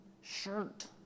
shirt